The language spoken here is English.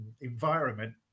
environment